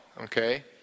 okay